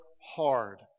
hard